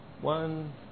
one